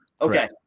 Okay